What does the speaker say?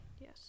Yes